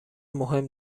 مهم